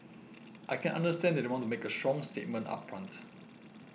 I can understand that they want to make a strong statement up front